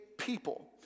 people